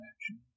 action